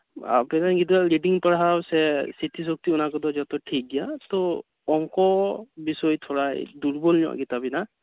ᱟᱵᱮᱱᱨᱮᱱ ᱜᱤᱫᱽᱨᱟᱹᱣᱟᱜ ᱨᱤᱰᱤᱝ ᱯᱟᱲᱦᱟᱣ ᱥᱮ ᱥᱨᱤᱛᱤ ᱥᱚᱠᱛᱤ ᱚᱱᱟ ᱠᱚᱫᱚ ᱡᱚᱛᱚ ᱴᱷᱤᱠ ᱜᱮᱭᱟ ᱛᱚ ᱚᱝᱠᱚ ᱵᱤᱥᱚᱭ ᱛᱷᱚᱲᱟᱭ ᱫᱩᱨᱵᱚᱞ ᱧᱚᱜ ᱜᱮᱛᱟᱵᱮᱱᱟ